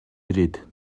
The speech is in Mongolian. ирээд